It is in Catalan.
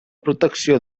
protecció